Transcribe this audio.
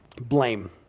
blame